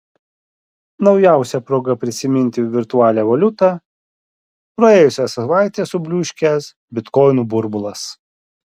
naujausia proga prisiminti virtualią valiutą praėjusią savaitę subliūškęs bitkoinų burbulas